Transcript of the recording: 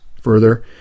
Further